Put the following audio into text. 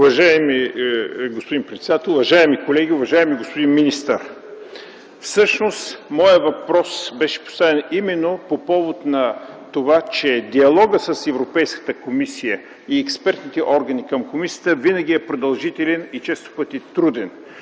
Уважаеми господин председател, уважаеми колеги, уважаеми господин министър! Всъщност моят въпрос беше поставен по повод, че диалогът с Европейската комисия и експертните органи към комисията винаги е продължителен и често пъти труден.